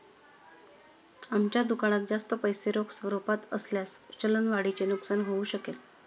आमच्या दुकानात जास्त पैसे रोख स्वरूपात असल्यास चलन वाढीचे नुकसान होऊ शकेल